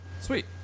sweet